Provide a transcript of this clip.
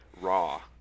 raw